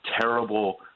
terrible